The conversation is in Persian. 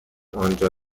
انجا